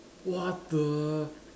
what the